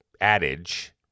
adage